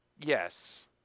Yes